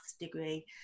degree